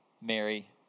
Mary